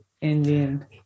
Indian